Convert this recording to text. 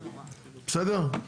בסדר?